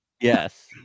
Yes